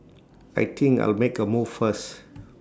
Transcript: I think I'll make A move first